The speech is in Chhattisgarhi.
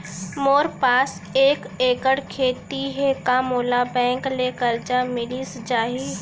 मोर पास एक एक्कड़ खेती हे का मोला बैंक ले करजा मिलिस जाही?